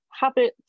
habits